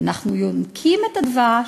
אנחנו יונקים את הדבש,